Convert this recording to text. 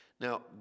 Now